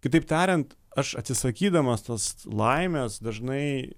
kitaip tariant aš atsisakydamas tos laimės dažnai